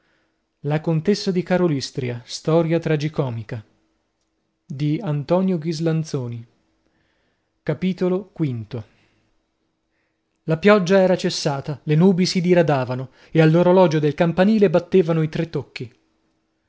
sua vita avventurosa e brillante capitolo v la pioggia era cessata le nubi si diradavano e all'orologio del campanile battevano i tre tocchi